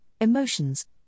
emotions